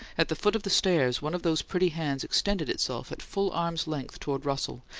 at the foot of the stairs, one of those pretty hands extended itself at full arm's length toward russell,